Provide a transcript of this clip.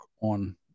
on